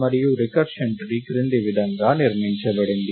మరియు recursion tree క్రింది విధంగా నిర్మించబడింది